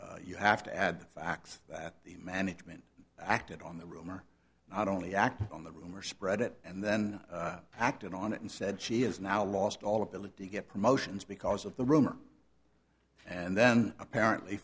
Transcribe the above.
me you have to add the facts that the management acted on the rumor not only act on the rumor spread it and then acted on it and said she has now lost all ability to get promotions because of the rumor and then apparently